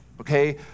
Okay